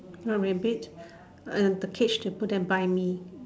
not rabbit and the cage to put them by me